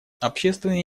общественные